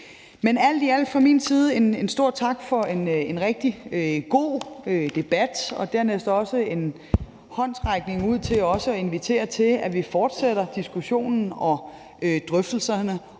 Men alt i alt skal der fra min side lyde en stor tak for en rigtig god debat. Dernæst skal der også være en håndsrækning ud og en invitation til, at vi fortsætter diskussionen og drøftelserne,